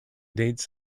dates